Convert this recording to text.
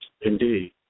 Indeed